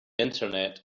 internet